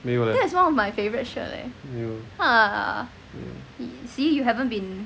没有 leh mm